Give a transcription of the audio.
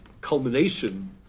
culmination